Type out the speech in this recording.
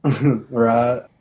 Right